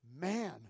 man